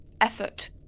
effort